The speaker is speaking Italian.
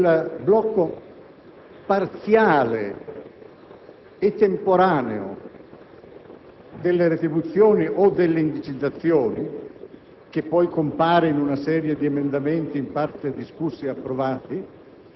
così: se c'è un responsabile primo del debito pubblico questa è la classe politica e quindi pare opportuno